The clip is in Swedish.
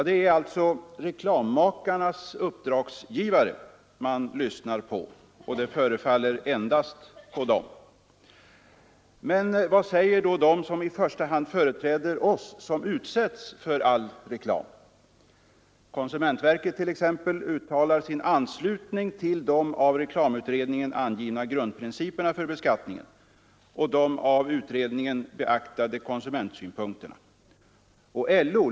— Det är alltså reklammakarnas uppdragsgivare man lyssnar på och — som det förefaller — endast på dem, Men vad säger då de som i första hand företräder oss som utsätts för all reklam? Konsumentverket t.ex. uttalar sin anslutning till de av reklamutredningen angivna grundprinciperna för beskattningen och de av utredningen beaktade konsumentsynpunkterna.